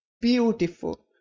Beautiful